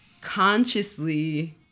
consciously